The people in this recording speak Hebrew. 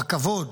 בכבוד